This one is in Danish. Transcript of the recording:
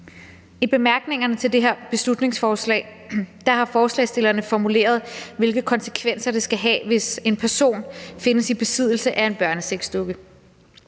I bemærkningerne til det her beslutningsforslag har forslagsstillerne formuleret, hvilke konsekvenser det skal have, hvis en person findes i besiddelse af en børnesexdukke.